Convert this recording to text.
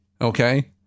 okay